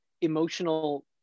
emotional